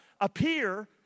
Appear